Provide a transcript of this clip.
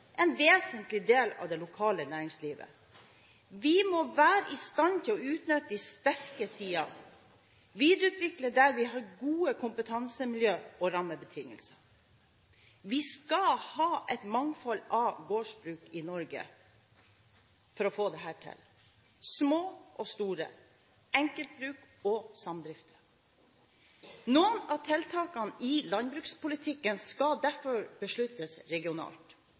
en vesentlig del av det lokale næringslivet. Vi må være i stand til å utnytte de sterke sidene, videreutvikle der vi har gode kompetansemiljøer og rammebetingelser. Vi skal ha et mangfold av gårdsbruk i Norge for å få dette til – små og store, enkeltbruk og samdrifter. Noen av tiltakene i landbrukspolitikken skal derfor besluttes regionalt.